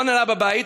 "לא נראה בבית,